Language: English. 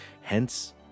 Hence